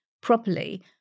properly